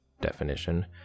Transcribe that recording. definition